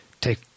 take